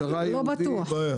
לא בטוח.